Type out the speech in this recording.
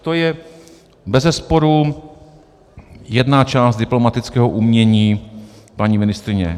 To je bezesporu jedna část diplomatického umění paní ministryně.